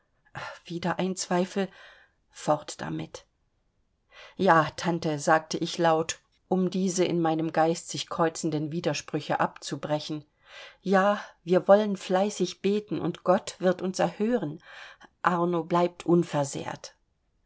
wieder ein zweifel fort damit ja tante sagte ich laut um diese in meinem geist sich kreuzenden widersprüche abzubrechen ja wir wollen fleißig beten und gott wird uns erhören arno bleibt unversehrt